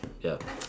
ya